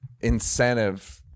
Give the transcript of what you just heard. incentive